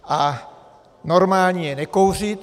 A normální je nekouřit.